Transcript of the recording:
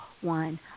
one